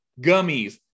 Gummies